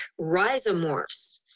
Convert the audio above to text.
rhizomorphs